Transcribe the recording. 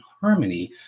harmony